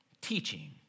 Teaching